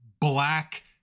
black